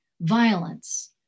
Violence